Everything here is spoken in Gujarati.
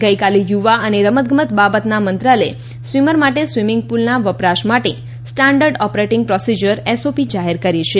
ગઇકાલે યુવા અને રમતગમત બાબતના મંત્રાલયે સ્વીમર માટે સ્વીમીંગ પુલના વપરાશ માટે સ્ટાન્ડર્ડ ઓપરેટીંગ પ્રોસીજર એસઓપી જાહેર કરી છે